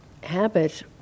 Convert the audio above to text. habit